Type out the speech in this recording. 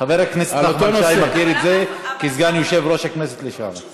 חבר הכנסת נחמן שי מכיר את זה כסגן יושב-ראש הכנסת לשעבר.